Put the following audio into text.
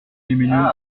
lumineux